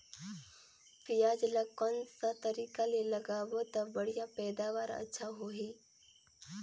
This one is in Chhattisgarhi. पियाज ला कोन सा तरीका ले लगाबो ता बढ़िया पैदावार अच्छा होही?